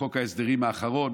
בחוק ההסדרים האחרון.